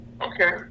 Okay